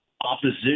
opposition